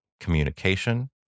communication